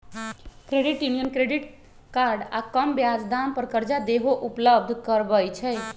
credit union credit card आऽ कम ब्याज दाम पर करजा देहो उपलब्ध करबइ छइ